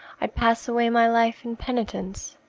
i'd pass away my life in penitence,